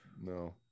No